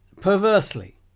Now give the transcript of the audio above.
perversely